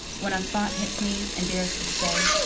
when a thought hits me and dares to stay,